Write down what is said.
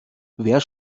wer